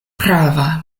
prava